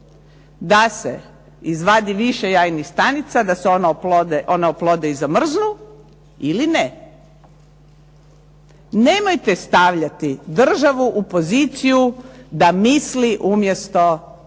da se izvadi više jajnih stanica da se ona oplode i zamrznu ili ne. Nemojte stavljati državu u poziciju da misli umjesto ljudi,